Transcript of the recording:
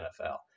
NFL